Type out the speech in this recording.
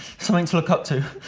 something to look up to.